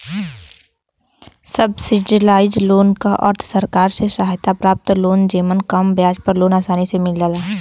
subsidised loan क अर्थ सरकार से सहायता प्राप्त लोन जेमन कम ब्याज पर लोन आसानी से मिल जाला